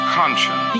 conscience